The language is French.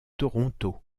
toronto